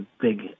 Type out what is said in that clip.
big